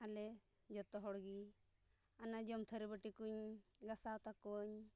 ᱟᱞᱮ ᱡᱚᱛᱚ ᱦᱚᱲᱜᱮ ᱚᱱᱟ ᱡᱮᱢᱚᱱ ᱛᱷᱟᱹᱨᱤ ᱵᱟᱹᱴᱤ ᱠᱚᱧ ᱜᱷᱟᱥᱟᱣ ᱛᱟᱠᱚᱣᱟᱹᱧ